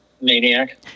maniac